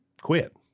quit